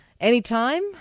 Anytime